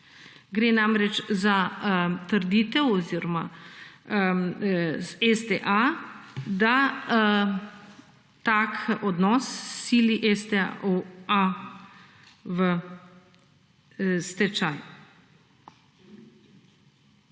Gre namreč za trditev oziroma STA, da tak odnos sili STA v stečaj.